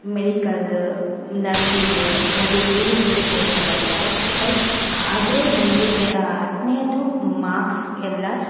medical nursing ಹಾಗೆ ಬೇರೆ ಬೇರೆ ಕೋರ್ಸ್ ತಗೋಳ್ತಾರೆ ಬಟ್ ಆದರೆ ನಮಗೆ ಟೆ ಹತ್ತನೆಯದು ಮಾರ್ಕ್ಸ್ ಎಲ್ಲ